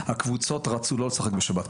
הקבוצות רצו לא לשחק בשבת,